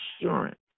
assurance